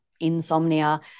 insomnia